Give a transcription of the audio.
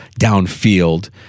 downfield